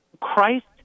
Christ